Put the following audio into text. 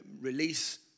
release